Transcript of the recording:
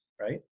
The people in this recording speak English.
right